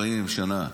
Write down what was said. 40 שנה.